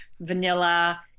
vanilla